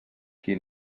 qui